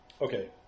Okay